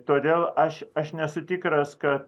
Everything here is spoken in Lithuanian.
todėl aš aš nesu tikras kad